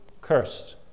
cursed